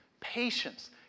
patience